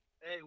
Hey